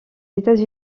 états